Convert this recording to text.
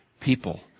people